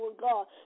God